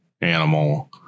animal